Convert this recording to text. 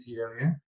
area